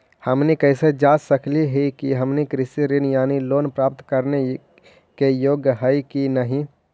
हमनी कैसे जांच सकली हे कि हमनी कृषि ऋण यानी लोन प्राप्त करने के योग्य हई कि नहीं?